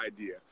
idea